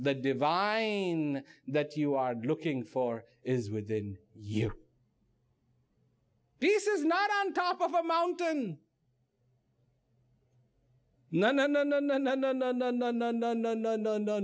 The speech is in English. the divine that you are looking for is within you this is not on top of a mountain no no no no no no no no no no no no no no no no